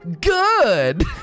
good